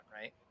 right